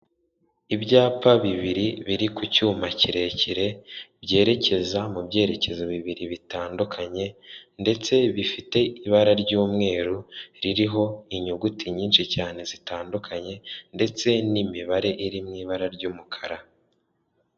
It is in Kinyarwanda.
Ibyapa bibiri biri ku cyuma kirekire byerekeza mu byerekezo bibiri bitandukanye ,ndetse bifite ibara ry'umweru ririho inyuguti nyinshi cyane zitandukanye ndetse n'imibare iri mu ibara ry'umukara.